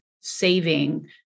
saving